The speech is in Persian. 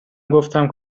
گفتم